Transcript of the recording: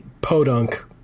Podunk